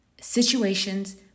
situations